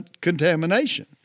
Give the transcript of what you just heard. contamination